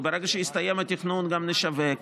וברגע שיסתיים התכנון גם נשווק,